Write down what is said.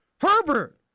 Herbert